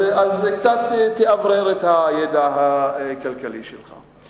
תאוורר קצת את הידע הכלכלי שלך.